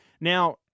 Now